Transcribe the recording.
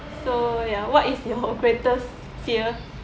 so ya what is your greatest fear